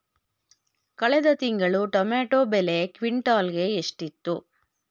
ಕಳೆದ ತಿಂಗಳು ಟೊಮ್ಯಾಟೋ ಬೆಲೆ ಕ್ವಿಂಟಾಲ್ ಗೆ ಎಷ್ಟಿತ್ತು?